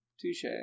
Touche